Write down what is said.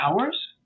hours